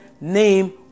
name